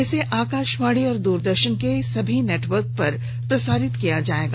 इसे आकाशवाणी और दूरदर्शन के समूचे नेटवर्क पर प्रसारित किया जायेगा